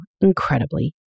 incredibly